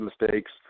mistakes